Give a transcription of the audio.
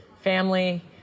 family